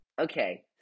Okay